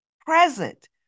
present